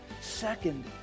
Second